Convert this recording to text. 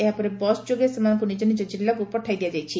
ଏହାପରେ ବସ୍ଯୋଗେ ସେମାନଙ୍କୁ ନିଜ ନିଜ ଜିଲ୍ଲାକୁ ପଠାଇ ଦିଆଯାଇଛି